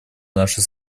наши